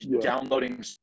downloading